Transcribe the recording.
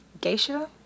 Geisha